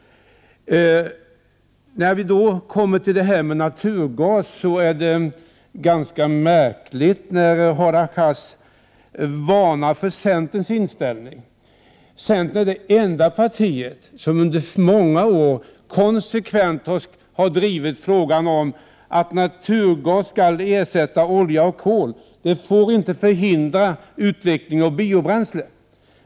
När vi kommer till frågan om naturgas, är det ganska märkligt att Hadar Cars varnar för centerns inställning. Centern är det enda parti som under många år konsekvent har drivit frågan om att naturgasen skall ersätta olja och kol. Men det får inte förhindra utvecklingen av biobränslen.